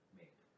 made